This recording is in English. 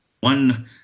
one